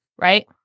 right